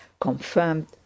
confirmed